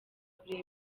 kureba